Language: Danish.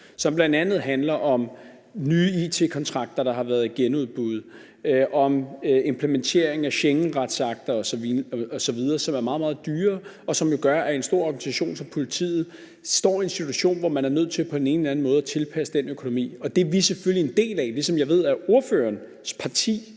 som bl.a. handler om nye it-kontrakter, der har været i genudbud, og om implementering af Schengenretsakter osv., som er meget, meget dyre, og som jo gør, at en stor organisation som politiet står i en situation, hvor man er nødt til på den ene eller anden måde at tilpasse økonomien. Det er vi selvfølgelig en del af, ligesom ordførerens parti